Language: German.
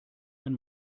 ein